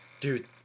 Dude